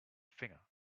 finger